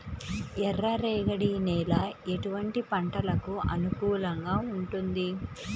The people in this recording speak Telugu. ఎర్ర రేగడి నేల ఎటువంటి పంటలకు అనుకూలంగా ఉంటుంది?